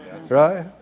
Right